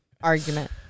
argument